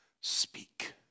Speak